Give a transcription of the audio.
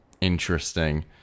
interesting